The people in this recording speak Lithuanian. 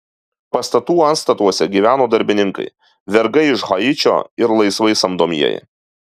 pastatų antstatuose gyveno darbininkai vergai iš haičio ir laisvai samdomieji